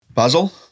Basil